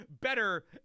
better